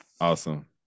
Awesome